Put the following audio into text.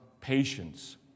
patience